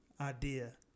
idea